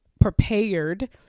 prepared